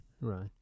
right